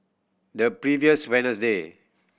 the previous day